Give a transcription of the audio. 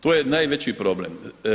To je najveći problem.